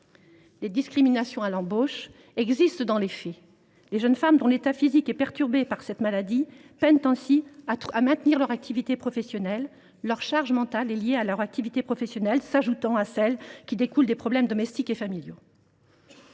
Les discriminations à l’embauche existent dans les faits : les jeunes femmes dont l’état physique est perturbé par cette maladie peinent à se maintenir dans leur activité professionnelle, la charge mentale liée à leur activité professionnelle s’ajoutant à celle qui découle des problèmes domestiques et familiaux.